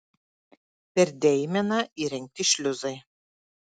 per deimeną įrengti šliuzai